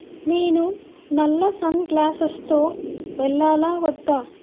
నేను నల్ల సన్ గ్లాసెస్తో వెళ్ళాలా వద్దా